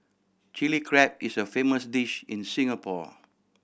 Chilli Crab is a famous dish in Singapore